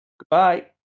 Goodbye